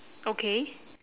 okay